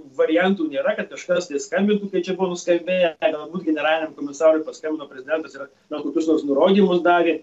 variantų nėra kad kažkas tai skambintų kaip čia buvo nuskambėję galbūt generaliniam komisarui paskambino prezidentas ir galbūt kažkokius nurodymus davė